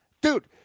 Dude